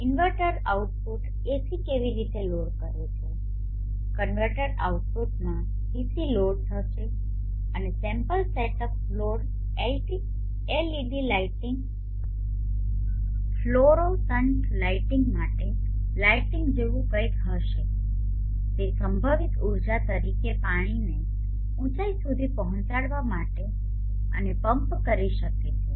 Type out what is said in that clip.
inverter output AC કેવી રીતે load કરે છે કન્વર્ટર આઉટપુટમાં ડીસી લોડ્સ હશે અને sample setup load LED lighting fluorescent lighting માટે લાઇટિંગ જેવું કંઈક હશે તે સંભવિત ઉર્જા તરીકે પાણીને ઉંચાઇ સુધી પહોંચાડવા માટે અને પંપ કરી શકે છે